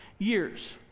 Years